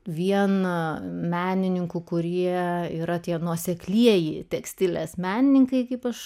viena menininkų kurie yra tie nuoseklieji tekstilės menininkai kaip aš